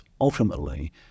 ultimately